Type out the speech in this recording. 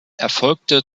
erfolgte